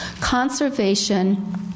Conservation